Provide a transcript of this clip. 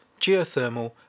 geothermal